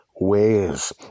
ways